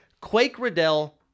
Quake-Riddell